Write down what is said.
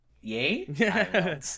yay